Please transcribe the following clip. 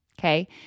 Okay